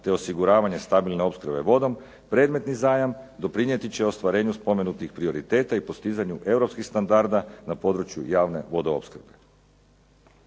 te osiguravanje stabilne opskrbe vodom, predmetni zajam doprinijeti će ostvarenju spomenutih kvaliteta i postizanju europskih standarda na području javne vodoopskrbe.